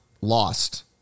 lost